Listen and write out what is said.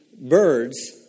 birds